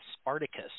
Spartacus